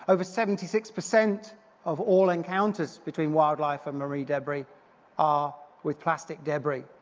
over seventy six percent of all encounters between wildlife and marine debris are with plastic debris,